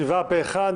אין שבעה פה אחד.